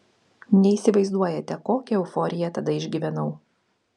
neįsivaizduojate kokią euforiją tada išgyvenau